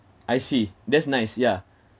I see that's nice yeah